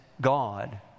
God